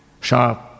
sharp